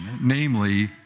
namely